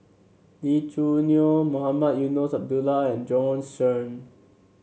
Lee Choo Neo Mohamed Eunos Abdullah and Bjorn Shen